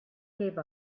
gave